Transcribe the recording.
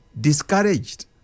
discouraged